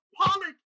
Pollock